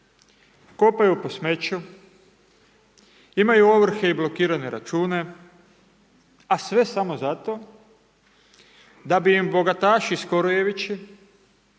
kopaju po smeću, imaju ovrhe i blokirane račune, a sve samo zato da bi im bogataši skorojevići,